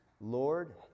Lord